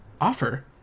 offer